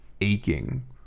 aching